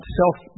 self